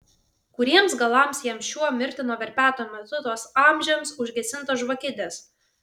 kuriems galams jam šiuo mirtino verpeto metu tos amžiams užgesintos žvakidės